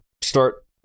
start